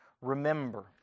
Remember